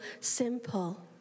simple